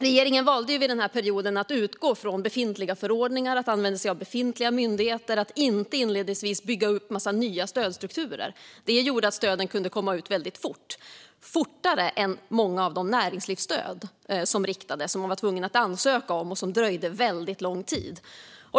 Regeringen valde under den här perioden att utgå från befintliga förordningar och att använda sig av befintliga myndigheter och att inte inledningsvis bygga upp en massa nya stödstrukturer. Det gjorde att stöden kunde komma ut väldigt fort - fortare än många av de näringslivsstöd som riktades, som man var tvungen att ansöka om och som dröjde väldigt lång tid.